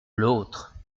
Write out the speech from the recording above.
l’autre